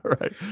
right